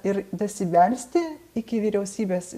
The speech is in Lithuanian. ir dasibelsti iki vyriausybės